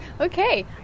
Okay